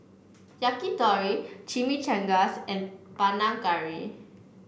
Yakitori Chimichangas and Panang Curry